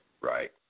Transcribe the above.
right